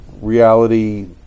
reality